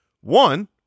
One